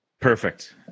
Perfect